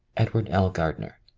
edward l. gardner.